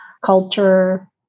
culture